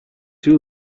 too